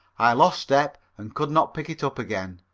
i lost step and could not pick it up again,